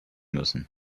müssen